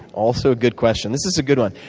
also a good question. this is a good one.